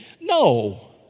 no